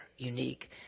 Unique